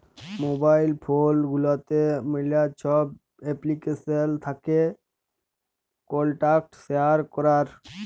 mobile phone গুলাতে ম্যালা ছব এপ্লিকেশল থ্যাকে কল্টাক্ট শেয়ার ক্যরার